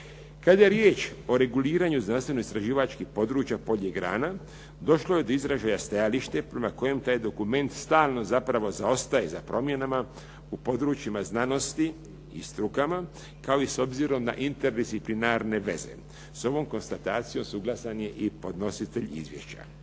Kada je riječ o reguliranju znanstveno-istraživačkih područja … /Govornik se ne razumije./… grana, došlo je do izražaja stajalište na kojem taj dokument stalno zapravo zaostaje za promjenama u područjima znanosti i strukama, kao i s obzirom na interdisciplinarne veze. S ovom konstatacijom suglasan je i podnositelj izvješća.